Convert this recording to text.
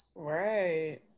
right